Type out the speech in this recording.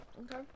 Okay